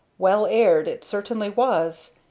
well-aired it certainly was,